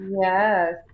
yes